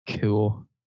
Cool